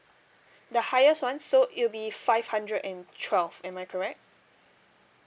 the highest one so it will be five hundred and twelve am I correct